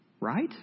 Right